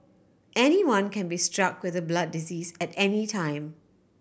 anyone can be struck with a blood disease at any time